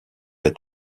est